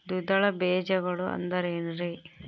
ದ್ವಿದಳ ಬೇಜಗಳು ಅಂದರೇನ್ರಿ?